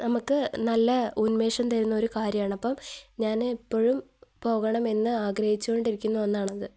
നമുക്കു നല്ല ഉന്മേഷം തരുന്ന ഒരു കാര്യമാണ് അപ്പോള് ഞാന് എപ്പോഴും പോകണമെന്ന് ആഗ്രഹിച്ചുകൊണ്ടിരിക്കുന്ന ഒന്നാണത്